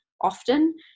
often